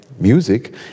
music